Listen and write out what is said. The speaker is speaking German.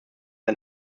ein